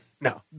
No